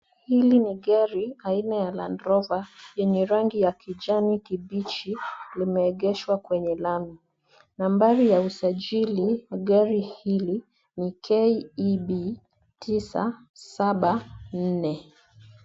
Hili ni gari aina ya Land Rover yenye rangi ya kijani kibichi limeegeshwa kwenye lami. Nambari ya usajili la gari hili ni KEB 974.